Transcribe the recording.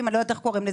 זה לא אחריות שלי,